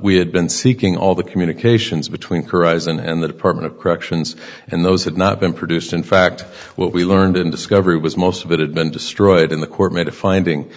we had been seeking all the communications between horizon and the department of corrections and those had not been produced in fact what we learned in discovery was most of it had been destroyed in the court made a finding